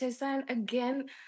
again